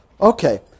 Okay